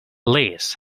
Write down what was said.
liz